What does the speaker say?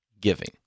giving